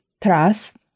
trust